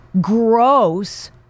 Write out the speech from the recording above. gross